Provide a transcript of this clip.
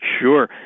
Sure